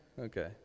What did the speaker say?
Okay